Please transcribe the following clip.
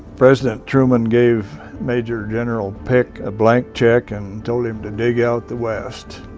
president truman gave major general pick a blank check, and told him to dig out the west.